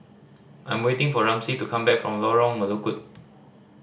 I'm waiting for Ramsey to come back from Lorong Melukut